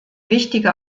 wichtige